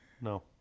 no